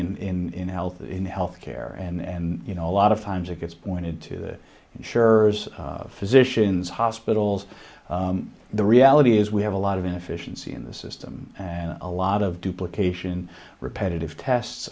in health in health care and you know a lot of times it gets pointed to the insurers physicians hospitals the reality is we have a lot of inefficiency in the system and a lot of duplication repetitive tests